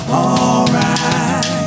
alright